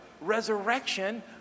resurrection